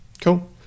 Cool